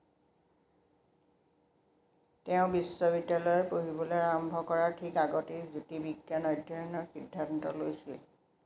তেওঁ বিশ্ববিদ্যালয়ত পঢ়িবলৈ আৰম্ভ কৰাৰ ঠিক আগতেই জ্যোতিৰ্বিজ্ঞান অধ্যয়নৰ সিদ্ধান্ত লৈছিল